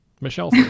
Michelle